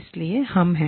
इसलिए हम हैं